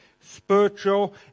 spiritual